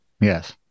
yes